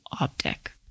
optic